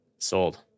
Sold